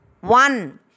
one